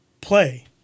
play